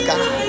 God